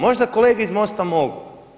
Možda kolege iz Mosta mogu?